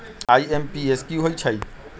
IMPS की होईछइ?